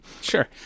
sure